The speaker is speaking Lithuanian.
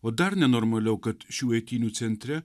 o dar nenormaliau kad šių eitynių centre